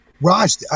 Raj